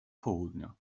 południa